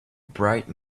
bright